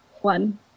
One